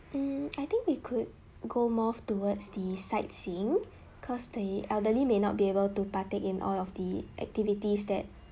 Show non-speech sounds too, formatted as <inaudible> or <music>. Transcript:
mm <noise> I think we could go more towards the sightseeing cause the elderly may not be able to partake in all of the activities that